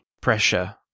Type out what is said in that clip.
pressure